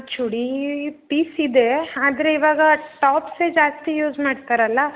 ಚೂಡೀ piece ಇದೆ ಆದರೆ ಇವಾಗ ಟಾಪ್ಸೆ ಜಾಸ್ತಿ ಯೂಸ್ ಮಾಡ್ತಾರಲ್ಲ